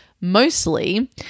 mostly